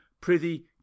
prithee